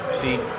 See